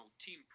Team